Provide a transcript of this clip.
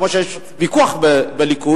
כמו שיש ויכוח בליכוד,